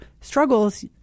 struggles